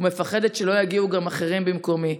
ומפחדת שלא יגיעו אחרים במקומי.